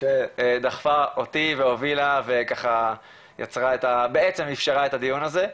שדחפה אותי והובילה ויצרה ובעצם איפשרה את הדיון הזה.